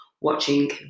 watching